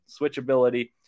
switchability